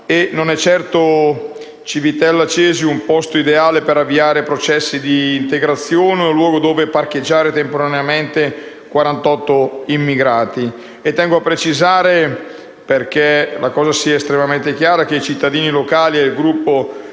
non è certo un posto ideale per avviare processi di integrazione né un luogo dove parcheggiare temporaneamente 48 immigrati. Tengo a precisare, perché la cosa sia estremamente chiara, che i cittadini locali e il gruppo